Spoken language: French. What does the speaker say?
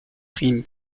rimes